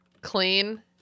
Clean